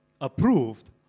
approved